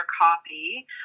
copy